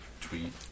tweet